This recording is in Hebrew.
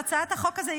הצעת החוק הזאת,